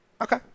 Okay